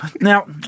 Now